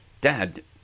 Dad